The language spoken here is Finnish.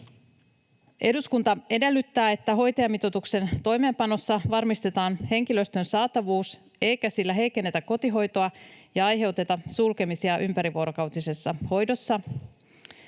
”Eduskunta edellyttää, että hoitajamitoituksen toimeenpanossa varmistetaan henkilöstön saatavuus eikä sillä heikennetä kotihoitoa ja aiheuteta sulkemisia ympärivuorokautisessa hoidossa.”